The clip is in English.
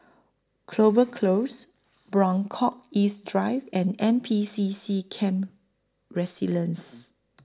Clover Close Buangkok East Drive and N P C C Camp Resilience